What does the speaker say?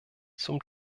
zum